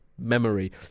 memory